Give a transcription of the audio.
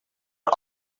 are